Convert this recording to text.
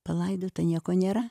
palaidota nieko nėra